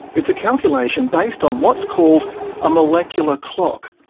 it's a calculation based on what's called a molecular clock.